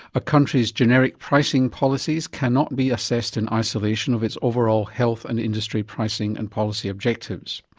a country's generic pricing policies cannot be assessed in isolation of its overall health and industry pricing and policy objectives.